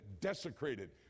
desecrated